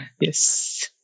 Yes